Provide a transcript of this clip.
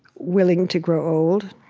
willing to grow old.